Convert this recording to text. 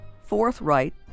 forthright